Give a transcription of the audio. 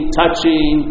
touching